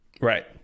Right